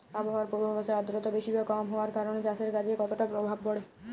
আবহাওয়ার পূর্বাভাসে আর্দ্রতা বেশি বা কম হওয়ার কারণে চাষের কাজে কতটা প্রভাব পড়ে?